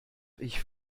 ich